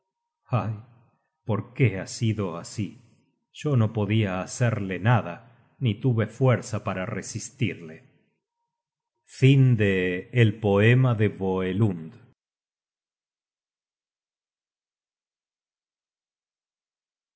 ay porqué ha sido así yo no podia hacerle nada ni tuve fuerza para resistirle